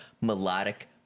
melodic